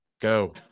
Go